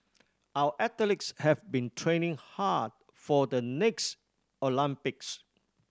our athletes have been training hard for the next Olympics